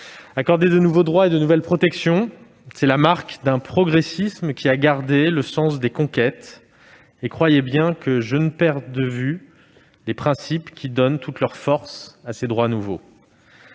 Accorder de nouveaux droits et de nouvelles protections, c'est la marque d'un progressisme qui a gardé le sens des conquêtes ; croyez bien que je ne perds pas de vue les principes qui donnent toute leur force à ces droits nouveaux.